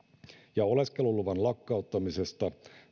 ja oleskeluluvan lakkauttamisesta